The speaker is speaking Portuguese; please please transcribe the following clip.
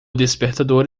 despertador